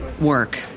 work